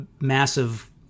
massive